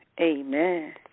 Amen